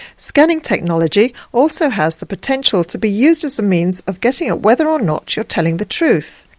scanning technology also has the potential to be used as a means of getting at whether or not you're telling the truth.